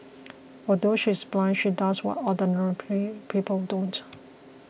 although she is blind she does what ordinary P people don't